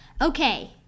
Okay